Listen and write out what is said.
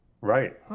Right